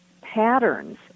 patterns